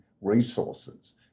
resources